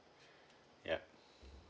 yup